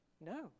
No